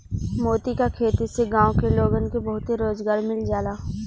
मोती क खेती से गांव के लोगन के बहुते रोजगार मिल जाला